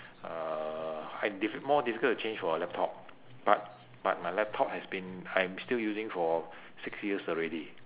uh and dif~ more difficult to change for a laptop but but my laptop has been I am still using for six years already